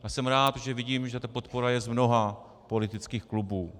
A jsem rád, že vidím, že ta podpora je z mnoha politických klubů.